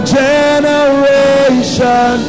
generation